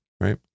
right